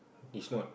this note